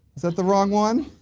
is that the wrong one?